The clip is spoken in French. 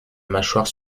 mâchoire